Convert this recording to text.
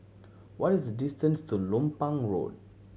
what is the distance to Lompang Road